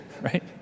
right